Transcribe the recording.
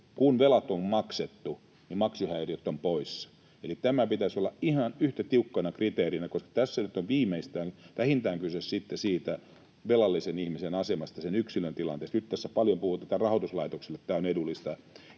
kun velat on maksettu, niin maksuhäiriöt ovat poissa. Eli tämän pitäisi olla ihan yhtä tiukkana kriteerinä, koska tässä nyt on viimeistään vähintään kyse siitä velallisen ihmisen asemasta, sen yksilön tilanteesta. Nyt kun tässä on paljon puhuttu, että rahoituslaitoksille tämä luottotietorekisteri